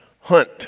hunt